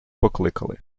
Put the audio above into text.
покликали